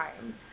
time